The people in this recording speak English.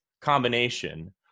combination